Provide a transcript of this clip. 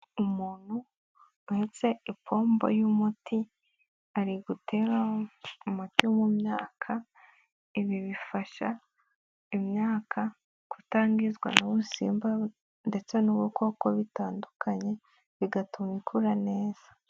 Umuntu uhetse ipombo y'umuti, arigutera umuti mu myaka. Ibi bifasha imyaka kutangizwa n'ubusimba ndetse n'ubukoko bitandukanye. Bigatuma ikura neza.